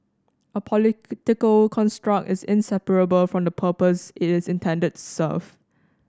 a political construct is inseparable from the purpose it is intended to serve